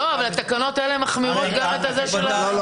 אבל התקנות האלה מחמירות גם את זה של --- לא,